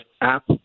app